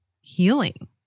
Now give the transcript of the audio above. healing